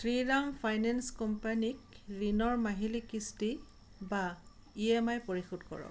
Shriram Finance কোম্পানীক ঋণৰ মাহিলি কিস্তি বা ই এম আই পৰিশোধ কৰক